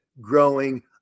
growing